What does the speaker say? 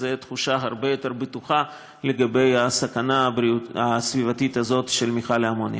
וזה תחושה הרבה יותר בטוחה לגבי הסכנה הסביבתית הזאת של מכל האמוניה.